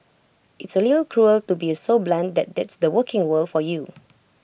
it's A little cruel to be so blunt but that's the working world for you